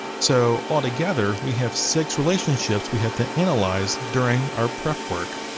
so, altogether, we have six relationships we have to analyze during our prep work.